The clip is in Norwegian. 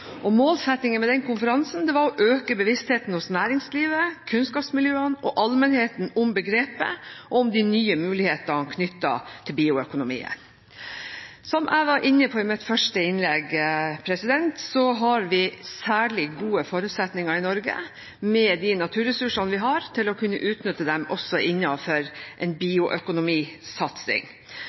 og målsettingen med konferansen var å øke bevisstheten hos næringslivet, kunnskapsmiljøene og allmennheten om begrepet «bioøkonomi» og om de nye mulighetene knyttet til bioøkonomien. Som jeg var inne på i mitt første innlegg, har vi særlig gode forutsetninger i Norge med de naturressursene vi har, til å kunne utnytte dem også innenfor en